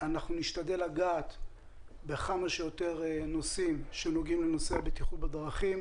אנחנו נשתדל לגעת בכמה שיותר נושאים שנוגעים לנושא הבטיחות בדרכים,